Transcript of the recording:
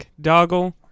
Doggle